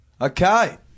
Okay